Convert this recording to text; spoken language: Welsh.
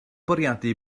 bwriadu